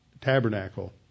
tabernacle